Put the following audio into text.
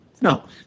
No